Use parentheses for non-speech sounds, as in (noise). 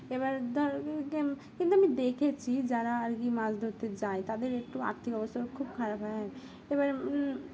এবার ধরো কিন্তু আমি দেখেছি যারা আর কি মাছ ধরতে যায় তাদের একটু আর্থিক অবস্থাও খুব খারাপ হয় এবার (unintelligible)